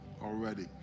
already